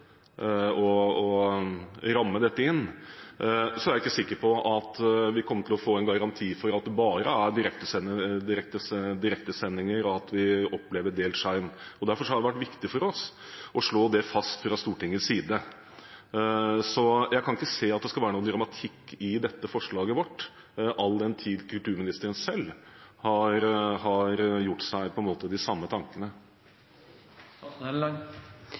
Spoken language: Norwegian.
og ramme dette inn, er jeg allikevel ikke sikker på at vi kommer til å få en garanti for at det bare er i direktesendinger vi vil oppleve delt skjerm. Derfor har det vært viktig for oss å slå det fast fra Stortingets side. Jeg kan ikke se at det skal være noen dramatikk i dette forslaget vårt, all den tid kulturministeren på en måte selv – har gjort seg de samme tankene. Regjeringen har ikke kunnet lage forskriftene, fordi vi har måttet vente på